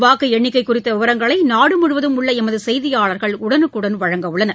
வாக்குஎண்ணிக்கைகுறித்தவிவரங்களைநாடுமுழுவதும் உள்ளஎமதுசெய்தியாளர்கள் உடறுக்குடன் வழங்க உள்ளனர்